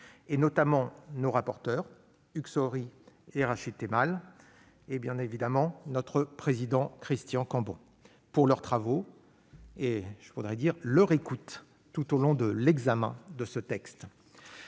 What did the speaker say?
notamment nos rapporteurs Hugues Saury et Rachid Temal et bien évidemment notre président Christian Cambon, pour leurs travaux et leur écoute tout au long de l'examen de ce texte.